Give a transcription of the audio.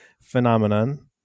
phenomenon